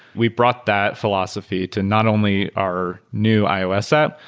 we brought that philosophy to not only our new ios app,